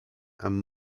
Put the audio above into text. and